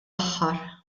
aħħar